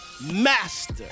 master